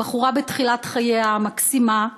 היא בחורה בתחילת חייה, מקסימה,